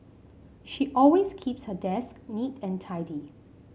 she always keeps her desk neat and tidy